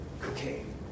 cocaine